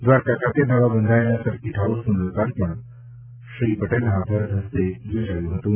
દ્વારકા ખાતે નવા બંધાયેલા સરકીટ હાઉસનું લોકાર્પણ શ્રી પટેલના વરદરસ્તે યોજાયું હતું